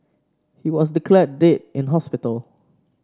he was declared dead in hospital